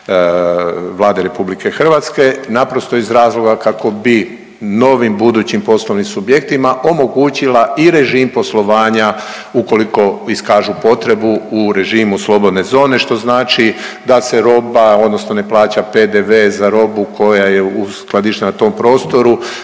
Vlade RH naprosto iz razloga kako bi novim budućim poslovnim subjektima omogućila i režim poslovanja ukoliko iskažu potrebu u režimu slobodne zone što znači da se roba odnosno ne plaća PDV za robu koja je uskladištena na tom prostoru